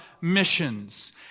missions